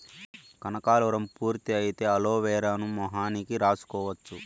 కనకాలురం పూర్తి అయితే అలోవెరాను మొహానికి రాసుకోవచ్చు